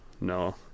no